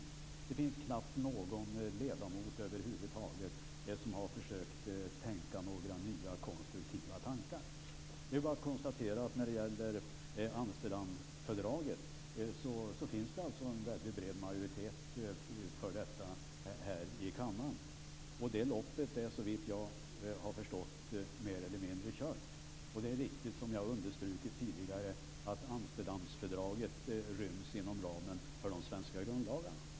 Det finns knappt någon ledamot över huvud taget som har försökt att tänka några nya konstruktiva tankar. Det är bara att konstatera att det finns en väldigt bred majoritet för Amsterdamfördraget här i kammaren. Det loppet är såvitt jag har förstått mer eller mindre kört. Och det är riktigt, som jag har understrukit tidigare, att Amsterdamfördraget ryms inom ramen för de svenska grundlagarna.